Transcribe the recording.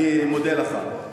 אני מודה לך.